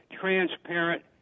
transparent